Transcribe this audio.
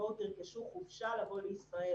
תרכשו חופשה בישראל.